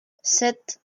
sept